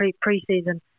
pre-season